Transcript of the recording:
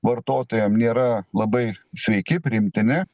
vartotojam nėra labai sveiki priimtini